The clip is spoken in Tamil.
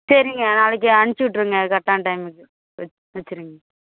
சரிங்க நாளைக்கு அனுப்பிச்சி விட்ருங்க கரெக்டான டைமுக்கு வெச்சிடுருங்க